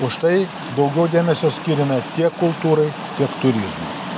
užtai daugiau dėmesio skiriame tiek kultūrai tiek turizmui